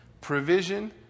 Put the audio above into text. provision